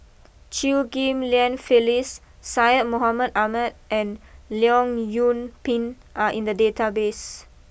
Chew Ghim Lian Phyllis Syed Mohamed Ahmed and Leong Yoon Pin are in the database